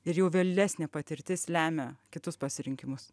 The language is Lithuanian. ir jau vėlesnė patirtis lemia kitus pasirinkimus